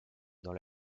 dans